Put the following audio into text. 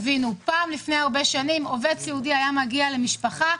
לפני הרבה שנים עובד סיעודי היה מגיע למשפחה,